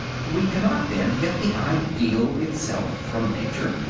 we cannot, then, get the ideal itself from nature,